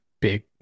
big